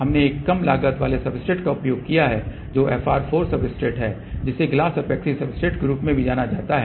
हमने एक कम लागत वाले सब्सट्रेट का उपयोग किया है जो FR 4 सब्सट्रेट है जिसे ग्लास एपॉक्सी सब्सट्रेट के रूप में भी जाना जाता है